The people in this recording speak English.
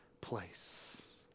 place